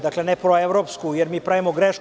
Dakle ne proevropsku, jer mi pravimo grešku.